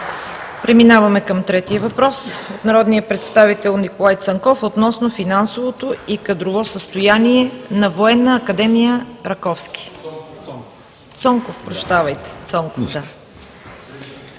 Преминаваме към третия въпрос от народния представител Николай Цонков относно финансовото и кадрово състояние на Военна академия „Раковски“. НИКОЛАЙ ЦОНКОВ